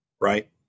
right